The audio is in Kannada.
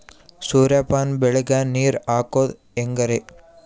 ಸೂರ್ಯಪಾನ ಬೆಳಿಗ ನೀರ್ ಹಾಕೋದ ಹೆಂಗರಿ?